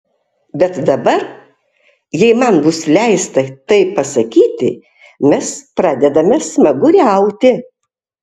bet dabar jei man bus leista taip pasakyti mes pradedame smaguriauti